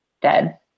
dead